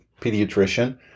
pediatrician